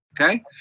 Okay